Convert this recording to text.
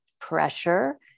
pressure